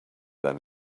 than